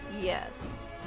Yes